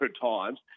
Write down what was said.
times